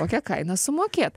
kokią kainą sumokėt